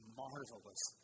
marvelous